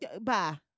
bye